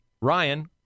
Ryan